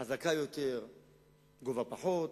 חזקה יותר גובה פחות,